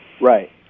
Right